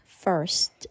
First